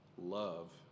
Love